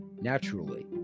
naturally